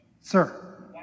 Sir